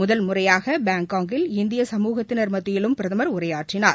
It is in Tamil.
முதல் முறையாக பாங்காங்கில் இந்திய சமூகத்தினர் மத்தியிலும் பிரதமர் உரையாற்றினார்